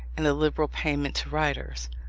and a liberal payment to writers.